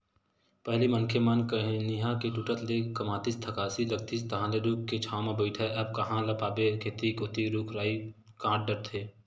पहिली मनखे मन कनिहा के टूटत ले कमातिस थकासी लागतिस तहांले रूख के छांव म बइठय अब कांहा ल पाबे खेत कोती रुख राई कांट डरथे